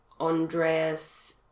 Andreas